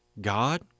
God